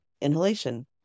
inhalation